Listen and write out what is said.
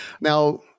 Now